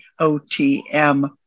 OTM